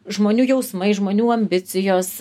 žmonių jausmai žmonių ambicijos